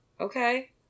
okay